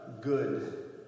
good